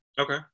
Okay